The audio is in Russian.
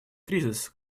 кризис